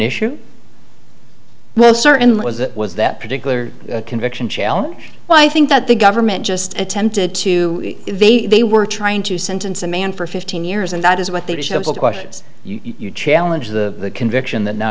issue well certainly was it was that particular conviction challenge well i think that the government just attempted to they they were trying to sentence a man for fifteen years and that is what they did you challenge the conviction that now